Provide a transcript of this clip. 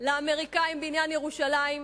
לאמריקנים בעניין ירושלים,